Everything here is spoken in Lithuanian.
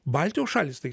baltijos šalys tai